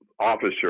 officer